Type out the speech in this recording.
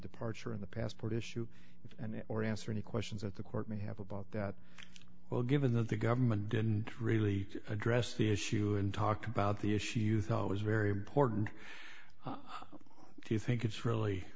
departure in the passport issue and or answer any questions at the court may have about that well given that the government didn't really address the issue and talk about the issue you thought was very important do you think it's really